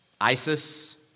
ISIS